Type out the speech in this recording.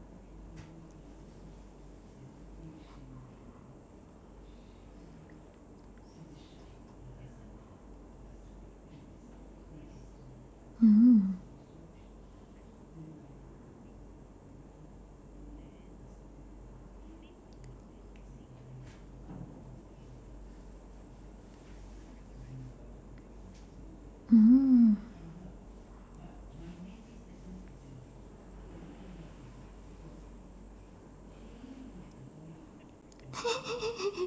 mm mm